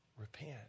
Repent